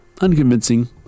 unconvincing